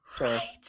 Right